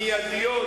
מיידיות,